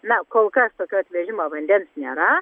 na kol kas tokio atvežimo vandens nėra